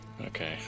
Okay